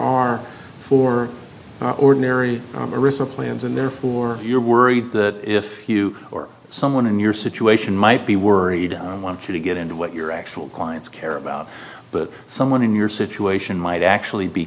are for ordinary arisa plans and therefore you're worried that if you or someone in your situation might be worried i don't want you to get into what your actual clients care about but someone in your situation might actually be